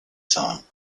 song